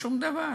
שום דבר.